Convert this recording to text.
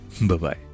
Bye-bye